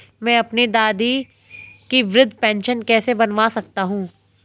मैं अपनी दादी की वृद्ध पेंशन कैसे बनवा सकता हूँ?